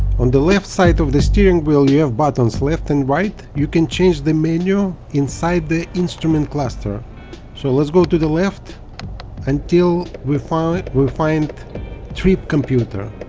on the left side of the steering wheel you have buttons left and right you can change the menu inside the instrument cluster so let's go to the left until we find we find trip computer